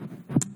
בבקשה.